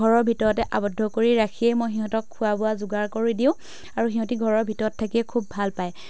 ঘৰৰ ভিতৰতে আৱদ্ধ কৰি ৰাখিয়েই মই সিহঁতক খোৱা বোৱা যোগাৰ কৰি দিওঁ আৰু সিহঁতি ঘৰৰ ভিতৰত থাকিয়ে খুব ভাল পায়